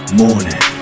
morning